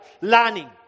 learning